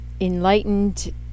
enlightened